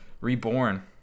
Reborn